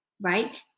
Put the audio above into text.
right